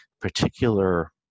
particular